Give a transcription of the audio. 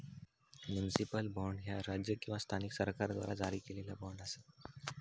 municipal bond, ह्या राज्य किंवा स्थानिक सरकाराद्वारा जारी केलेला बॉण्ड असा